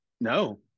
No